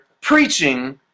preaching